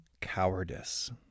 Cowardice